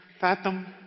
fathom